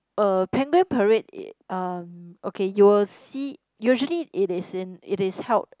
uh penguin parade um okay you will see usually it is in it is held